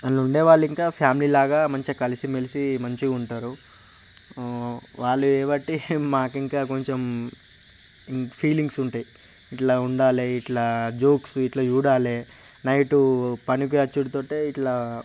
దానిలో ఉండేవాళ్ళింకా ఫ్యామిలీ లాగా మంచిగా కలిసి మెలిసి మంచిగుంటారు వాళ్ళు చేయబట్టి మాకింకా కొంచెం ఫీలింగ్స్ ఉంటాయి ఇలా ఉండాలి ఇలా జోక్స్ ఇలా చూడాలి జోక్సు నైటు పనికిపోయొచ్చాక ఇలా